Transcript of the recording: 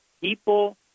people